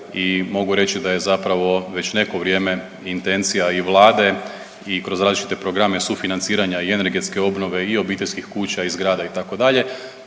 i mogu reći da je zapravo već neko vrijeme intencija i Vlade i kroz različite programe sufinanciranja i energetske obnove i obiteljskih kuća i zgrada itd.